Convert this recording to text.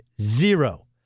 Zero